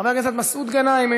חבר הכנסת מסעוד גנאים,